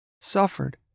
suffered